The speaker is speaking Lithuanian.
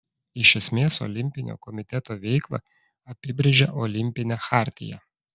iš esmės olimpinio komiteto veiklą apibrėžia olimpinė chartija